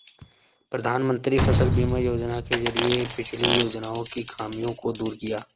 प्रधानमंत्री फसल बीमा योजना के जरिये पिछली योजनाओं की खामियों को दूर किया